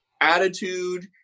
attitude